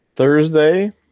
Thursday